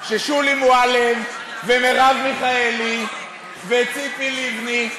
ששולי מועלם ומרב מיכאלי וציפי לבני,